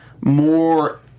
more